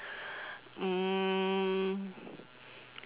um